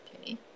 Okay